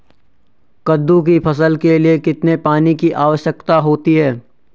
कद्दू की फसल के लिए कितने पानी की आवश्यकता होती है?